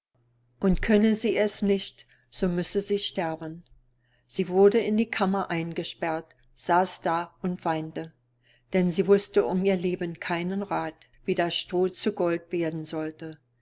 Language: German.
und könne sie es nicht so müsse sie sterben sie wurde in die kammer eingesperrt saß da und weinte denn sie wußte um ihr leben keinen rath wie das stroh zu gold werden sollte